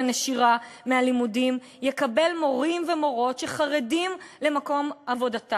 נשירה מהלימודים יקבל מורים ומורות שחרדים למקום עבודתם,